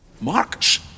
Marcus